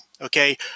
okay